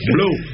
Blue